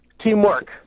teamwork